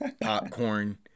Popcorn